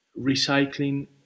recycling